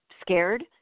scared